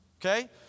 Okay